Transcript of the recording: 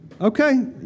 Okay